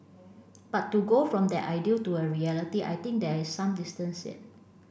but to go from that ideal to a reality I think there is some distance yet